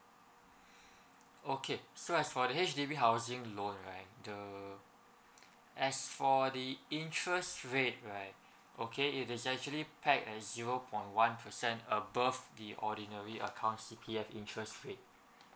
okay so as for the H_D_B housing loan right the as for the interest rate right okay it is actually pegged at zero point one percent above the ordinary account C_P_F interest rate